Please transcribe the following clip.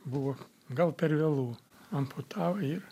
buvo gal per vėlu amputavo ir